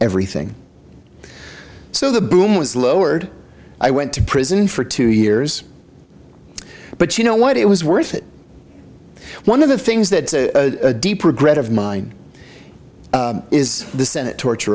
everything so the boom was lowered i went to prison for two years but you know what it was worth it one of the things that is a deep regret of mine is the senate torture